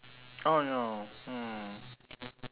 oh no hmm